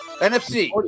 NFC